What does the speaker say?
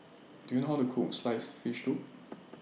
Do YOU know How to Cook Sliced Fish Soup